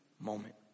moment